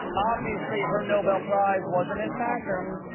obviously, her nobel prize wasn't in fashion.